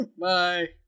bye